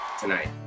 tonight